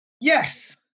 Yes